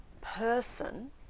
person